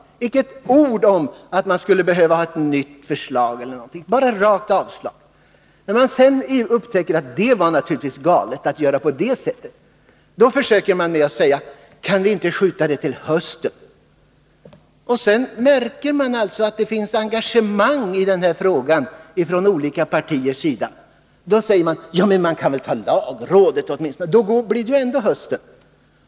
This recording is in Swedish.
Där fanns inte ett ord om att man ville ha ett nytt förslag utan bara ett yrkande om avslag. Sedan moderaterna hade upptäckt att det var galet att göra på det sättet, frågade de: Kan vi inte skjuta ärendet till hösten? När de märkte att det inom olika partier fanns ett engagemang i denna fråga, sade de: Förslaget bör åtminstone gå till lagrådet. Då blir det ändå höst.